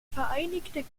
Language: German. vereinigte